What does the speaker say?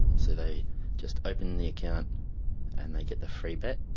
so they just open the account and they get the free bet,